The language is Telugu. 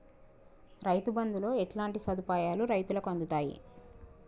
రైతు బంధుతో ఎట్లాంటి సదుపాయాలు రైతులకి అందుతయి?